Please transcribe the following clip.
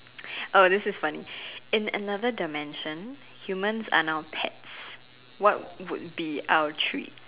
oh this is funny in another dimension humans are now pets what would be our treat